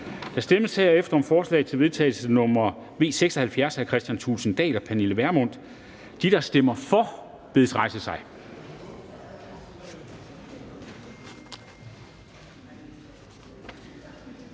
Der stemmes herefter om forslag til vedtagelse nr. V 76 af Kristian Thulesen Dahl (DF) og Pernille Vermund (NB). De, der stemmer for, bedes rejse sig.